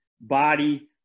body